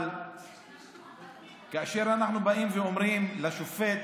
אבל כאשר אנחנו באים ואומרים לשופט,